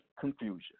confusion